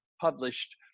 published